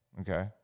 Okay